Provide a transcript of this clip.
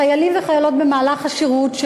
חיילים וחיילות במהלך השירות,